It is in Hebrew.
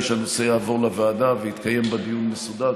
שהנושא יעבור לוועדה ויתקיים בה דיון מסודר,